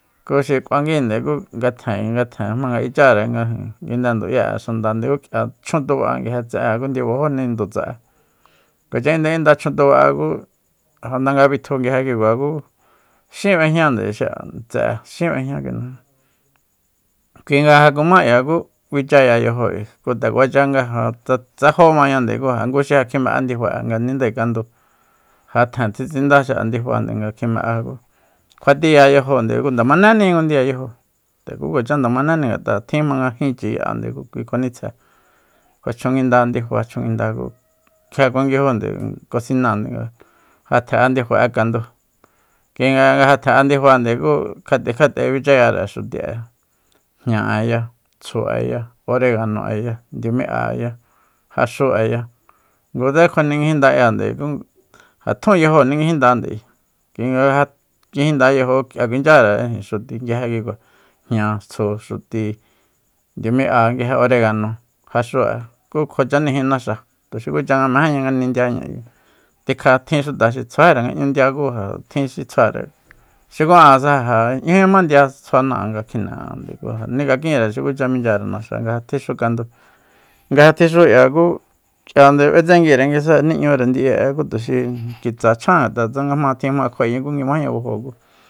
Ku xi k'uanguinde ku ngatjen- ngatjen jmanga icháre nga ijin nguinde ndu'ye'e xandande ku k'ia chjuntuba'a nguije tse'e ku ndibajoni ndutsa'e kuacha inda inda chuntuba'a ku janda nga bitju nguije kikua ku xin b'ejñande xi'a tse'ée xin b'ejña kui najmíi kuinga nga ja kumá k'ia ku kuichaya yajóo ku nde kuacha nga tsa- tsa jomañande ngu xi ja kjimen'á ndifa'e nga nindae kandúu ja tjen tjitsinda xi'a ndifande nga kjime'á ku kjua tiya yajonde ku nde manéni ki ngu ndiya yajóo tuku kuacha nde manéni ngat'a tjin jmanga jinchi ya'ande ku kui kjua nitsje kjua chjunguinda ndifa chjunguinda ku kjia kuanguijúnde kosináande nga ja tjen'a ndifa'e kandúu kuinga nga ja tjen'a ndifande ku kjat'e kjat'e bichayare xuti'e jña'eya tsju'eya oregano'eya ndiumí'aya jaxu'eya ngutse kjuaninguinda kíande ku ja tjun yajóo ninguijindande ayi kuinga nga kjinguida yajo kjia kuinchyare xuti nguije kikua jña tsju xuti nduimi'a nguije oregano jaxu'e ku kjuachaniji naxa tu xukucha nga mejénña nga nindiáña ayi tikja tjin xuta xi tsjuajíre nga 'ñu ndia ku ja tjin xi tsjuare xuku ansa ja 'ñújíma ndia tsjuana'a nga kjine'ande ku ja nikakínre xukucha minchyare naxa nga ja tjixu kandúu nga ja tjixú k'ia ku k'ia nde b'etsenguire nguisa nin'ñure ndi'i'e ku tuxi kitsa chjan ngat'a tsanga jma tjin jmanga kjua'éña nguimajeña bajo ku